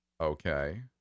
Okay